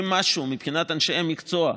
אם משהו מבחינת אנשי מקצוע,